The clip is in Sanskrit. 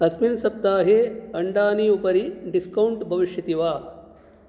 अस्मिन् सप्ताहे अण्डानाम् उपरि डिस्कौण्ट् भविष्यति वा